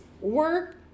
work